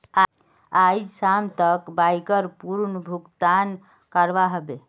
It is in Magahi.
आइज शाम तक बाइकर पूर्ण भुक्तान करवा ह बे